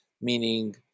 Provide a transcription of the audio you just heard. meaning